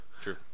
true